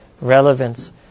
relevance